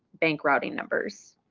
bank routing numbers.